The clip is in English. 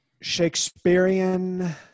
Shakespearean